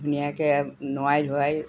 ধুনীয়াকৈ নোৱাই ধোৱাই